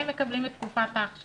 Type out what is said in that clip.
הם מקבלים את תקופת ההכשרה,